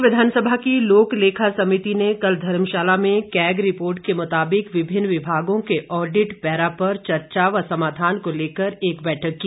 प्रदेश विधानसभा की लोक लेखा समिति ने कल धर्मशाला में कैग रिपोर्ट के मुताबिक विभिन्न विभागों के ऑडिट पैरा पर चर्चा व समाधान को लेकर एक बैठक की